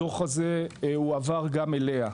הדוח הזה הועבר גם אליה.